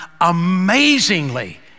amazingly